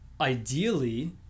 ideally